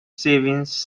savings